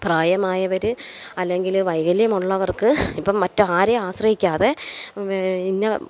പ്രായമായവർ അല്ലെങ്കിൽ വൈകല്യമുള്ളവർക്ക് ഇപ്പം മറ്റാരെയും ആശ്രയിക്കാതെ വേ ഇന്ന